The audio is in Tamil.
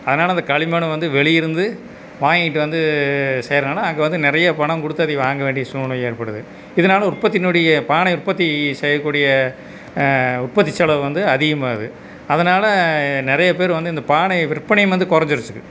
அதனால் அந்த களிமண் வந்து வெளி இருந்து வாங்கிகிட்டு வந்து செய்யறதனால அங்கே வந்து நிறைய பணம் கொடுத்து அதை வாங்க வேண்டிய சூழ்நிலை ஏற்படுது இதனால உற்பத்தியினுடைய பானை உற்பத்தி செய்யக்கூடிய உற்பத்தி செலவு வந்து அதிகமாகுது அதனால் நிறைய பேர் வந்து இந்த பானை விற்பனையும் வந்து குறஞ்சிருச்சி